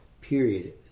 period